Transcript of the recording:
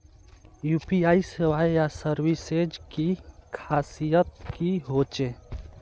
UPI सेवाएँ या services की खासियत की होचे?